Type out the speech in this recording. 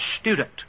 student